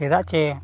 ᱪᱮᱫᱟᱜ ᱪᱮ